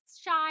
shy